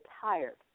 tired